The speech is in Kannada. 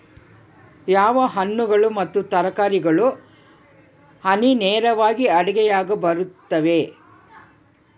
ಯಾವ ಹಣ್ಣುಗಳು ಮತ್ತು ತರಕಾರಿಗಳು ಹನಿ ನೇರಾವರಿ ಅಡಿಯಾಗ ಬರುತ್ತವೆ?